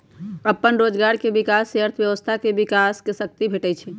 अप्पन रोजगार के विकास से अर्थव्यवस्था के विकास के शक्ती भेटहइ